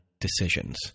decisions